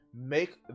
make